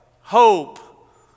hope